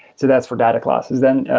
so that's for data classes. and ah